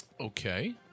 Okay